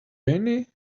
rainy